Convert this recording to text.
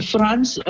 France